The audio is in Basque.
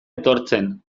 etortzen